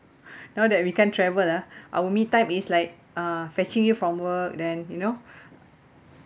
now that we can't travel ah our me time is like uh fetching you from work then you know